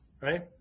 right